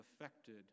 affected